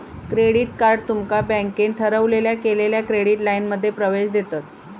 credit card तुमका बँकेन ठरवलेल्या केलेल्या क्रेडिट लाइनमध्ये प्रवेश देतत